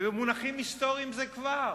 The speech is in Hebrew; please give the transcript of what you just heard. ובמונחים היסטוריים זה כבר,